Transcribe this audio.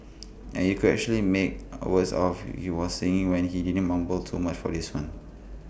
and you could actually make always off he was singing when he didn't mumble too much for this one